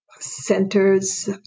centers